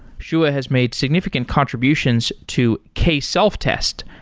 shuah has made significant contributions to k self-test,